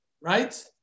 right